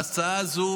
להצעה הזו,